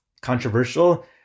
controversial